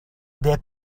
des